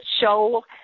show